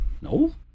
No